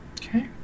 okay